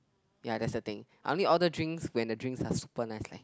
ya that's the thing I only order drinks when the drinks are super nice like